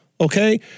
Okay